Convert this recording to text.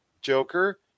Joker